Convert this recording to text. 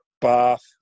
bath